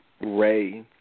Ray